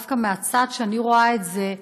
דווקא מהצד שאני רואה את זה,